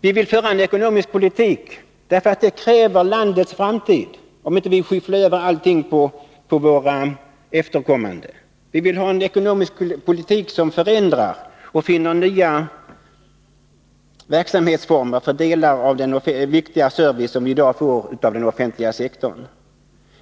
Vi vill föra en ekonomisk politik därför att landets framtid kräver det — om vi inte vill skyffla över allting på våra efterkommande. Vi vill ha en ekonomisk politik som förändrar och finner nya verksamhetsformer för delar av den viktiga service som man i dag får inom den offentliga sektorn.